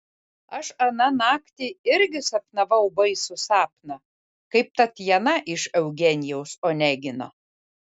aš aną naktį irgi sapnavau baisų sapną kaip tatjana iš eugenijaus onegino